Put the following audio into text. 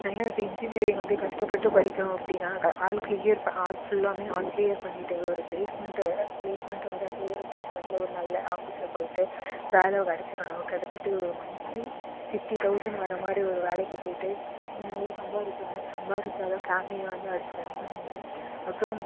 நல்லா இப்போ இன்ஜினியரிங் வந்து கஷ்ட்டப்பட்டு படிக்கணும் அப்படின்னா ஆல்க்கிலியர் பண்ண ஆள் ஃபுல்லாவுமே ஆல்க்கிலியர் பண்ணிவிட்டு ஒரு ப்ளேஸ்மன்ட்டு ப்ளேஸ்மன்ட்டு வரப்போ ஒரு ப்ளேஸ்மன்ட்டுல ஒரு நல்ல ஆஃபீஸில் போயிவிட்டு வேலை கிடச்சிரணும் கிடச்சிட்டு ஒரு மன்த்லி ஃபிஃப்ட்டி தௌசன் வர மாதிரி ஒரு வேலைக்கு போயிவிட்டு நல்ல சம்பாதிக்கணும் சம்பாதிச்சாதான் ஃபேம்லியை வந்து அடுத்து ரன் பண்ண முடியும் அப்புறம்